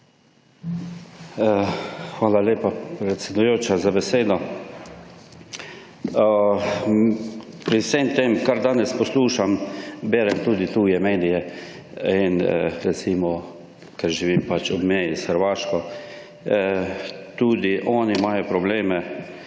Hvala lepa, predsedujoča, za besedo. Pri vsem tem, kar danes poslušam berem tudi tuje medije in recimo, ker živim pač ob meji s Hrvaško tudi oni imajo probleme